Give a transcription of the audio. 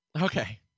okay